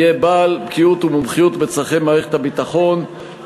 יהיה בעל בקיאות ומומחיות בצורכי מערכת הביטחון,